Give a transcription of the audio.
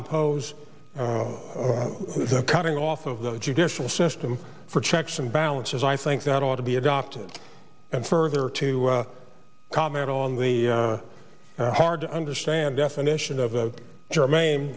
impose the cutting off of the judicial system for checks and balances i think that ought to be adopted and further to comment on the hard to understand definition of a